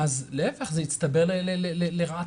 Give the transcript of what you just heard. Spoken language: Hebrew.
אז להפך - זה יצטבר לרעתו.